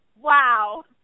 wow